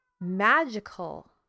magical